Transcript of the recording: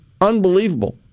unbelievable